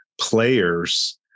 players